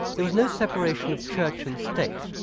there was no separation of church and state,